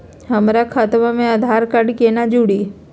हमर खतवा मे आधार कार्ड केना जुड़ी?